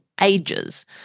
ages